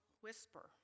whisper